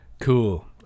Cool